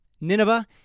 Nineveh